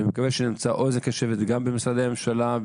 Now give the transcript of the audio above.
אני מקווה שנמצא אוזן קשבת גם במשרדי הממשלה,